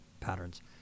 patterns